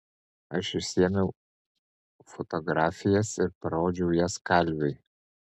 aš išsiėmiau fotografijas ir parodžiau jas kalviui